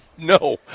No